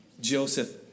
Joseph